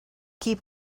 keep